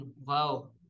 wow